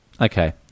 Okay